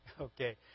okay